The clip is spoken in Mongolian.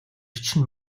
чинь